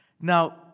Now